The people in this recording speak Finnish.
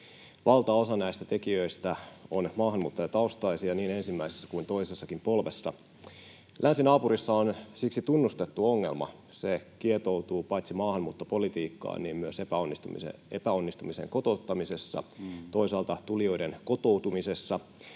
Valtaosa näistä tekijöistä on maahanmuuttajataustaisia niin ensimmäisessä kuin toisessakin polvessa. Länsinaapurissa on siksi tunnustettu ongelma. Se kietoutuu paitsi maahanmuuttopolitiikkaan myös epäonnistumiseen kotouttamisessa, toisaalta tulijoiden kotoutumisessa,